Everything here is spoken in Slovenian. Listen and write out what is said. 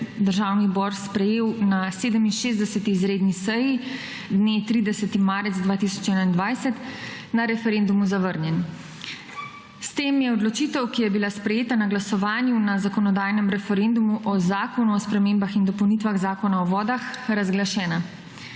Državni zbor sprejel na 67. izredni seji dne 30. marec 2021, na referendumu zavrnjen. S tem je odločitev, ki je bila sprejeta na glasovanju na zakonodajnem referendumu o Zakonu o spremembah in dopolnitvah Zakona o vodah razglašena.